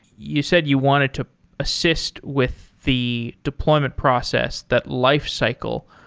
you said you wanted to assist with the deployment process, that lifecycle.